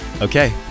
Okay